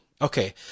Okay